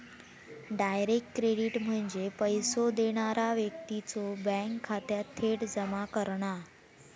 direct credit म्हणजे पैसो देणारा व्यक्तीच्यो बँक खात्यात थेट जमा करणा